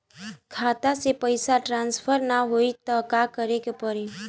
खाता से पैसा टॉसफर ना होई त का करे के पड़ी?